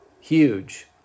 huge